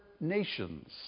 nations